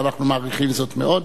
ואנחנו מעריכים זאת מאוד.